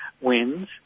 wins